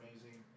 amazing